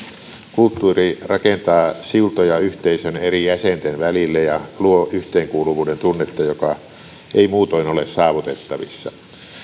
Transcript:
kulttuuri rakentaa siltoja yhteisön eri jäsenten välille ja luo yhteenkuuluvuuden tunnetta joka ei muutoin ole saavutettavissa